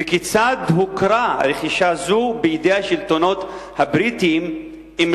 וכיצד הוכרה רכישה זאת בידי השלטונות הבריטיים אם